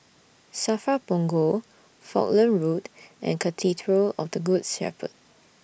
SAFRA Punggol Falkland Road and Cathedral of The Good Shepherd